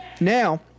Now